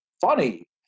funny